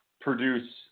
produce